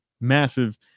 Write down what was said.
massive